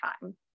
time